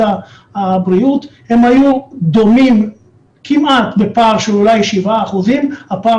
הבריאות היו דומים כמעט פער של אולי 7%. הפער